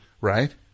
Right